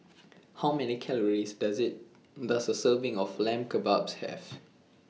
How Many Calories Does IT Does A Serving of Lamb Kebabs Have